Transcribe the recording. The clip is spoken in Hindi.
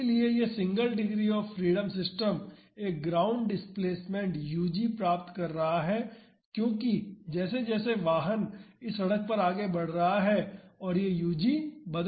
इसलिए यह single degree of freedom system एक ग्राउंड डिस्प्लेसमेंट ug प्राप्त कर रहा है क्योंकि जैसे जैसे वाहन इस सड़क पर आगे बढ़ रहा है और यह ug बदल जाता है